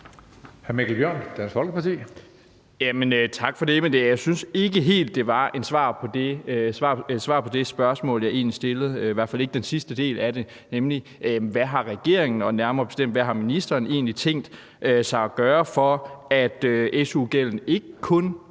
Tak for det, men jeg synes ikke helt, det var et svar på det spørgsmål, jeg egentlig stillede, i hvert fald ikke på den sidste del af det, nemlig: Hvad har regeringen og nærmere bestemt hvad har ministeren egentlig tænkt sig at gøre, for at su-gælden ikke